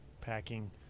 packing